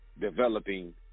developing